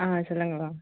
ஆ சொல்லுங்கம்மா